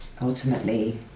Ultimately